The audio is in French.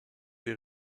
des